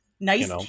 Nice